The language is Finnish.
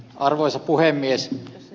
arvoisa puhemies